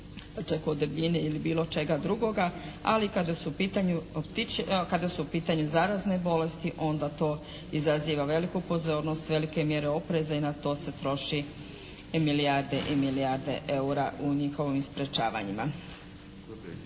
čak od debljine ili bilo čega drugoga, ali kada su u pitanju zarazne bolesti onda to izaziva veliku pozornost, velike mjere opreza i na to se troši milijarde i milijarde eura u njihovim sprječavanjima.